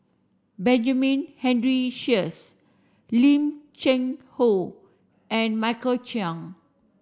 Benjamin Henry Sheares Lim Cheng Hoe and Michael Chiang